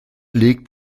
legt